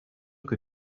que